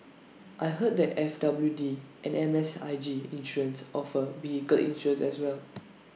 I heard that F W D and M S I G insurance offer vehicle insurance as well